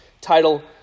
title